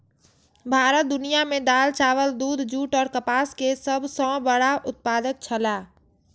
भारत दुनिया में दाल, चावल, दूध, जूट और कपास के सब सॉ बड़ा उत्पादक छला